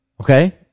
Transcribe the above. okay